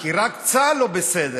כי רק צה"ל לא בסדר,